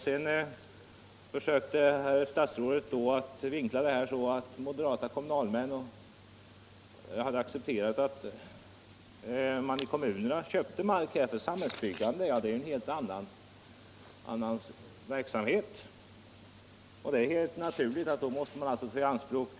Sedan försökte statsrådet att vinkla saken och göra gällande att mo för samhällsbyggande, men det är en helt annan verksamhet. Det är Fredagen den helt naturligt att man i sådana fall måste ta mark i anspråk.